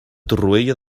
torroella